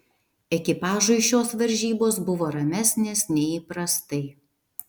ekipažui šios varžybos buvo ramesnės nei įprastai